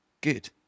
Good